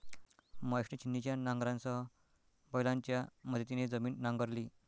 महेशने छिन्नीच्या नांगरासह बैलांच्या मदतीने जमीन नांगरली